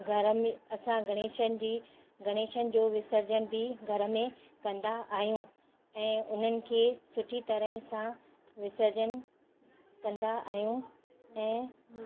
घर में असां गणेशन जी गणेशन जो विसर्जन बि घर में कंदा आहियूं ऐं उन्हनि खे सुठी तरह सां विसर्जन कंदा आहियूं ऐं